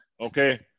okay